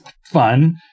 fun